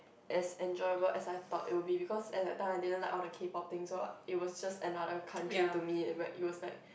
as enjoyable as I thought it would be because at that time I didn't like all the K-pop thing so it was another country to me but it was like